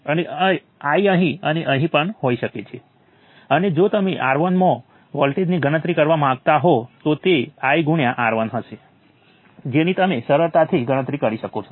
તો ચાલો હું આ ચોક્કસ નોડ લઉં છું અને આ I11 ને સમગ્ર રઝિસ્ટર અને રઝિસ્ટન્સ મૂલ્યના વોલ્ટેજના સંદર્ભમાં ફરીથી લખું છું